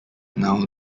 now